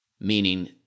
meaning